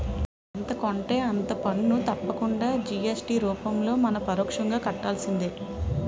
ఎంత కొంటే అంత పన్ను తప్పకుండా జి.ఎస్.టి రూపంలో మనం పరోక్షంగా కట్టాల్సిందే